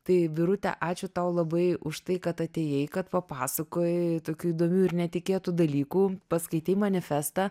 tai birute ačiū tau labai už tai kad atėjai kad papasakojai tokių įdomių ir netikėtų dalykų paskaitei manifestą